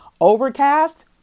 Overcast